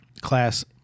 class